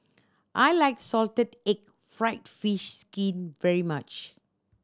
I like salted egg fried fish skin very much